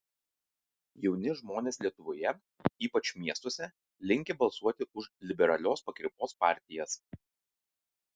jauni žmonės lietuvoje ypač miestuose linkę balsuoti už liberalios pakraipos partijas